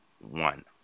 one